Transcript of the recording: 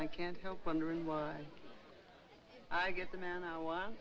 i can't help wondering why i get the man i